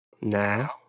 Now